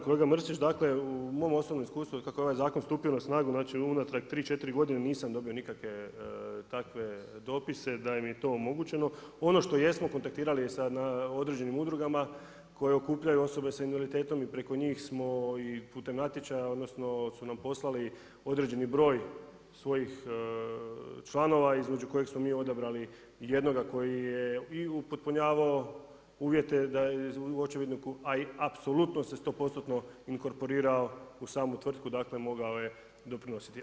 Kolega Mrsić, dakle u mom osobnom iskustvu kako je ovaj zakon stupio na snagu znači unatrag 3, 4 godine nisam dobio nikakve takve dopise da im je to omogućeno, ono što jesmo kontaktirali sa određenim udrugama koje okupljaju osobe sa invaliditetom i preko njih smo i putem natječaja, odnosno su nam poslali određeni broj svojih članova između kojih smo mi odabrali jednoga koji je i upotpunjavao uvjete u očevidniku a i apsolutno se 100% inkorporirao u samu tvrtku dakle, mogao je doprinositi.